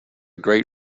great